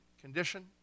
condition